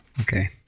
okay